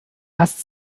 hast